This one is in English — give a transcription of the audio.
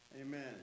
Amen